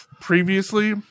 previously